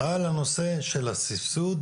על נושא הסבסוד